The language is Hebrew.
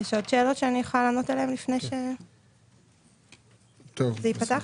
יש עוד שאלות שאני יכולה לענות עליהם לפני שזה יפתח?